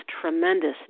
tremendous